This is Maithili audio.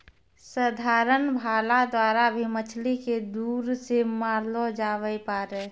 साधारण भाला द्वारा भी मछली के दूर से मारलो जावै पारै